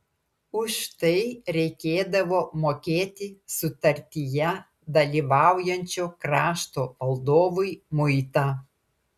už tai reikėdavo mokėti sutartyje dalyvaujančio krašto valdovui muitą